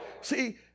See